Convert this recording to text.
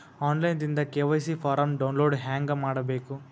On line ದಿಂದ KYC form download ಹೇಂಗ ಮಾಡಬೇಕು?